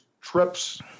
trips